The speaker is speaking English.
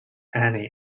annie